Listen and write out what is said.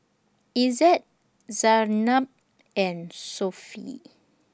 Izzat Zaynab and Sofea